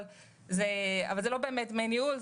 אבל זה לא באמת דמי ניהול,